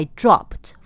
dropped